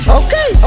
okay